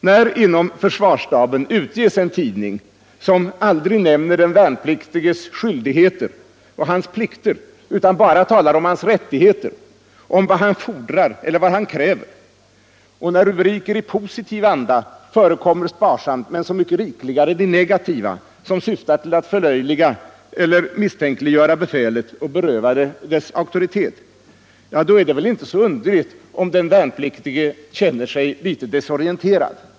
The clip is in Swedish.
När det inom försvarsstaben utges en tidning som aldrig nämner den värnpliktiges skyldigheter och plikter utan bara talar om hans rättigheter, om vad han fordrar eller vad han kräver, och när rubriker i positiv anda förekommer sparsamt men de negativa är desto rikligare förekommande, rubriker som syftar till att förlöjliga eller misstänkliggöra befälet och beröva det dess auktoritet, då är det väl inte så underligt om den värnpliktige känner sig litet desorienterad.